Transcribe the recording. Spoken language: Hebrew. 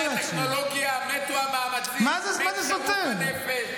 מתה הטכנולוגיה, מתו המאמצים, מת חירוף הנפש?